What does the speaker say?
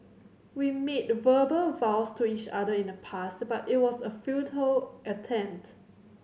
we made verbal vows to each other in the past but it was a futile attempt